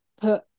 put